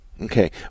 Okay